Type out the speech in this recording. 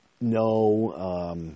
no